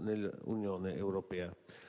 nell'Unione europea.